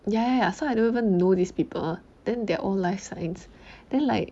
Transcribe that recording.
ya ya ya so I don't even know these people then their own life science then like